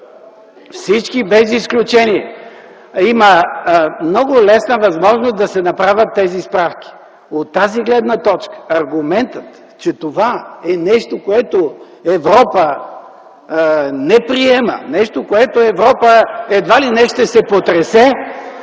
Всички без изключение! Има много лесна възможност да се направят тези справки. От тази гледна точка аргументът, че това е нещо, което Европа не приема, нещо, за което Европа едва ли не ще се потресе,